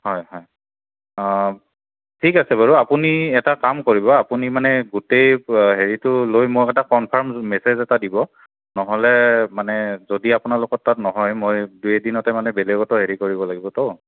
হয় হয় অঁ ঠিক আছে বাৰু আপুনি এটা কাম কৰিব আপুনি মানে গোটেই হেৰিটো লৈ মোক এটা কনফাৰ্ম মেচেজ এটা দিব নহ'লে মানে যদি আপোনালোকৰ তাত নহয় মই দুই এদিনতে মানে বেলেগতো হেৰি কৰিব লাগিবতো